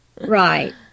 Right